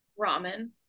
ramen